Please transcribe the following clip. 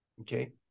Okay